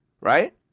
Right